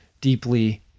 deeply